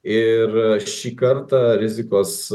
ir šį kartą rizikos